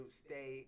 stay